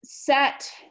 set